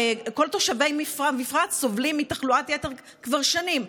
כל תושבי המפרץ סובלים מתחלואת יתר כבר שנים.